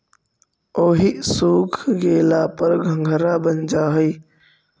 ओहि सूख गेला पर घंघरा बन जा हई